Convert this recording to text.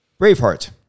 Braveheart